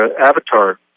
Avatar